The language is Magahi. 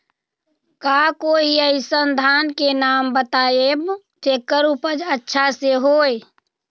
का कोई अइसन धान के नाम बताएब जेकर उपज अच्छा से होय?